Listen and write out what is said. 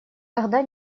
тогда